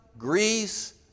Greece